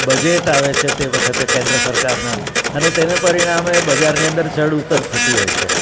budget આવે છે તે વખતે કેન્દ્ર સરકારના અને તેને પરિણામે બજારની અંદર ચઢ ઉતર થતી હોય છે